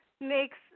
makes